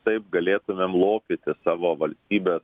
taip galėtumėm lopyti savo valstybės